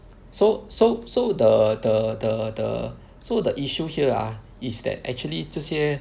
so so so the the the the so the issue here ah is that actually 这些